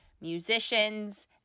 musicians